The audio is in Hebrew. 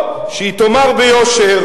או שהיא תאמר ביושר,